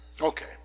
Okay